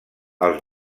els